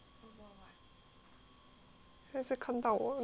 他一直看到我 then 它 stress